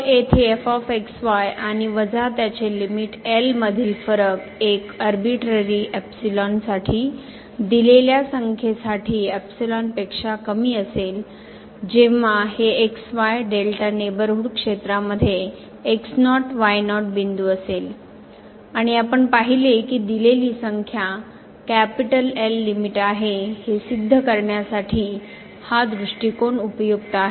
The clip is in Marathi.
तर येथे आणि वजा त्याचे लिमिट L मधील फरक एक आरबीत्टरी एपिसिलोन साठी दिलेल्या संख्येसाठी एप्सिलॉनपेक्षा कमी असेल जेव्हा जेव्हा हे x y डेल्टा नेबरहूड क्षेत्रामध्ये x0 y0 बिंदूअसेल आणि आपण पाहिले की दिलेली संख्या L लिमिट आहे हे सिद्ध करण्यासाठी हा दृष्टिकोन उपयुक्त आहे